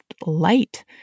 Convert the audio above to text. light